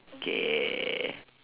okay